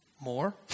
more